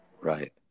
Right